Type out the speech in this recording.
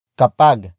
kapag